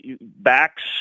backs